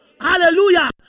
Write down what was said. Hallelujah